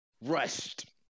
rushed